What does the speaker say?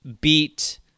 beat